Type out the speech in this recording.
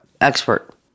Expert